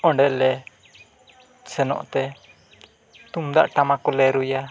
ᱚᱸᱰᱮ ᱞᱮ ᱥᱮᱱᱚᱜᱛᱮ ᱛᱩᱢᱫᱟᱜ ᱴᱟᱢᱟᱠ ᱠᱚᱞᱮ ᱨᱩᱭᱟ